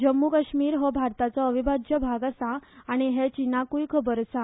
जम्मू काश्मीर हो भारताचो अविभाज्य भाग आसा आनी हे चीनाकुय खबर आसा